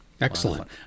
Excellent